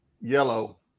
Yellow